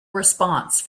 response